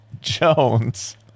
jones